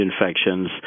infections